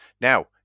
Now